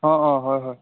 অঁ অঁ হয়